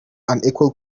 unequal